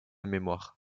mémoire